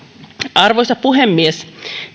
arvoisa puhemies